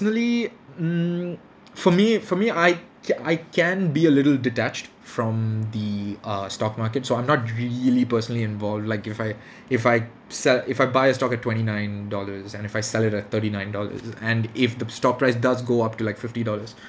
mm for me for me I can I can be a little detached from the uh stock market so I'm not really personally involved like if I if I sell if I buy a stock at twenty nine dollars and if I sell it at thirty nine dollars and if the stock price does go up to like fifty dollars